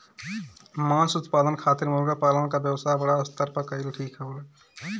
मांस उत्पादन खातिर मुर्गा पालन क व्यवसाय बड़ा स्तर पर कइल ठीक होला